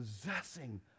possessing